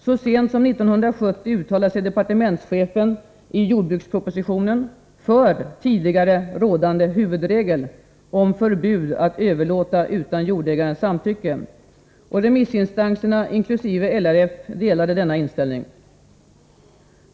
Så sent som 1970 uttalade sig departementschefen i jordbrukspropositionen för tidigare rådande huvudregel om förbud att överlåta utan jordägarens samtycke. Remissinstanserna, inkl. LRF, delade denna inställning.